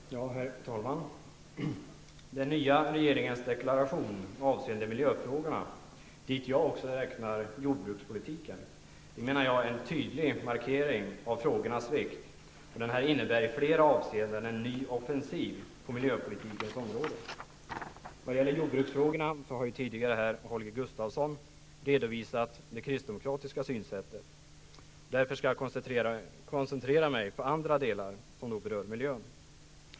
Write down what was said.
Herr talman! Den nya regeringens deklaration avseende miljöfrågorna, dit jag också räknar jordbrukspolitiken, är en tydlig markering av frågornas vikt och innebär i flera avseenden en ny offensiv på miljöpolitikens område. När det gäller jordbruksfrågorna har Holger Gustafsson tidigare redovisat det kristdemokratiska synsättet, och jag skall därför koncentrera mig på andra delar som berör miljön.